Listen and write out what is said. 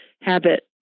habit